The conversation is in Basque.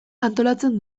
antolatzen